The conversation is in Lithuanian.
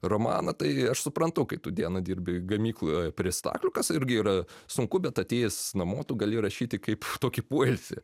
romaną tai aš suprantu kai tu dieną dirbi gamykloj prie staklių kas irgi yra sunku bet atėjęs namo tu gali rašyti kaip tokį poilsį